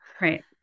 Right